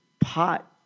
pot –